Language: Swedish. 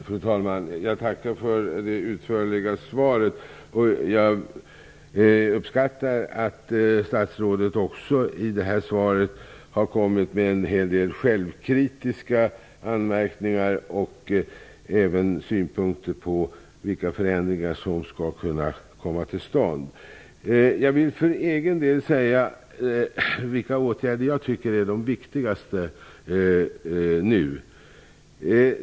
Fru talman! Jag tackar för det utförliga svaret. Jag uppskattar att statsrådet i svaret har framfört en hel del självkritiska anmärkningar och även synpunkter på vilka förändringar som skall kunna komma till stånd. Jag vill för egen del tala om vilka åtgärder som jag nu tycker är de viktigaste.